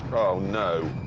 oh, no!